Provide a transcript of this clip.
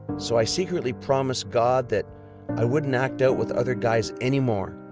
so, i secretly promised god that i wouldn't act out with other guys any more.